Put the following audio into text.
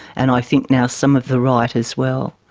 and i think now some of the right as well.